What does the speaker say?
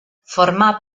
formà